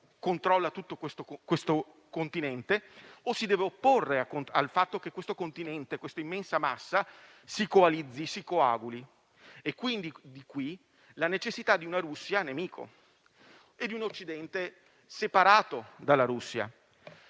controlla tutto questo continente, diventa opporsi al fatto che questa immensa massa si coalizzi, si coaguli. Di qui la necessità di una Russia nemico e di un Occidente separato dalla Russia.